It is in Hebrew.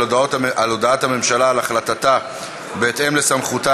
על הודעת הממשלה על החלטתה בהתאם לסמכותה